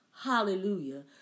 hallelujah